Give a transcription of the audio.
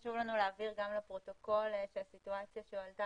חשוב לנו להבהיר גם לפרוטוקול בסיטואציה שהועלתה